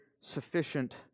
sufficient